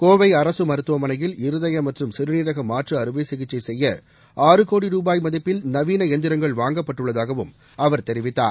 கோவை அரசு மருத்துவமனையில் இருதய மற்றும் சிறுநீரக மாற்று அறுவை சிகிச்சை செய்ய கோடி ருபாய் மதிப்பில் நவீன எந்திரங்கள் வாங்கப்பட்டுள்ளதாகவும் அவர் தெரிவித்தார்